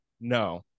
No